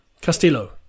Castillo